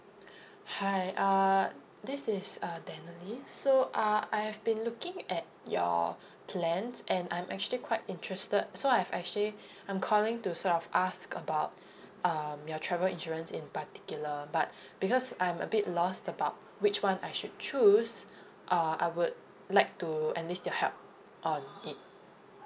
hi err this is err danerlise so uh I've been looking at your plans and I'm actually quite interested so I've actually I'm calling to sort of ask about um your travel insurance in particular but because I'm a bit lost about which one I should choose uh I would like to enlist your help on it